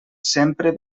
sempre